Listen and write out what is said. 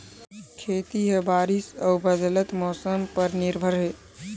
खेती ह बारिश अऊ बदलत मौसम पर निर्भर हे